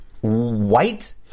white